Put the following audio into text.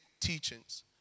teachings